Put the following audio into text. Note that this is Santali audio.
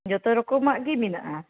ᱡᱚᱛᱚ ᱨᱚᱠᱚᱢᱟᱜ ᱜᱮ ᱢᱮᱱᱟᱜᱼᱟ